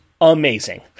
amazing